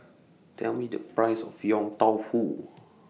Tell Me The Price of Yong Tau Foo